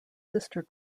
sister